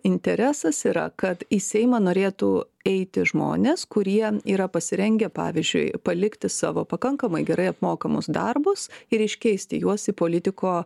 interesas yra kad į seimą norėtų eiti žmonės kurie yra pasirengę pavyzdžiui palikti savo pakankamai gerai apmokamus darbus ir iškeisti juos į politiko